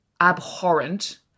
abhorrent